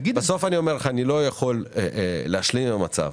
אני לא יכול להשלים עם המצב